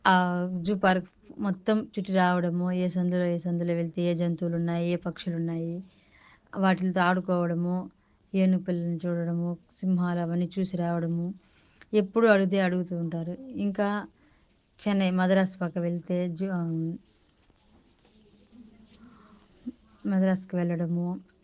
ఆ zoo park మొత్తం చుట్టి రావడము ఏ సందులో ఏ సందులో వెళితే ఏ జంతువులు ఉన్నాయి ఏ పక్షులు ఉన్నాయి వాటితో ఆడుకోవడం ఏనుగు పిల్లలని చూడడము సింహాలు అవన్నీ చూసి రావడము ఎప్పుడు అడుగుతు అడుగుతుంటారు ఇంకా చెన్నై మద్రాస్ పక్క వెళితే జూ మద్రాస్కి వెళ్ళడము